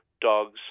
dogs